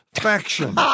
faction